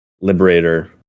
Liberator